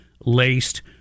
laced